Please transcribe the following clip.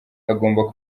agomba